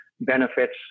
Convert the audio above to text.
benefits